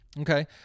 Okay